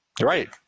right